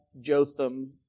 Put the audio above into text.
Jotham